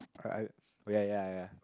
I I oh ya ya ya